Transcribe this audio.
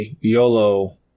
YOLO